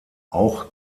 auch